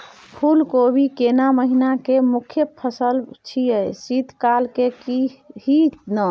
फुल कोबी केना महिना के मुखय फसल छियै शीत काल के ही न?